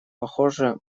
похоже